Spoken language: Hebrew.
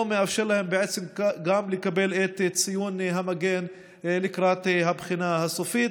מאפשר להם בעצם גם לקבל את ציון המגן לקראת הבחינה הסופית.